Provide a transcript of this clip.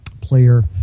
player